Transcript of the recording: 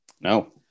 No